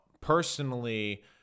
personally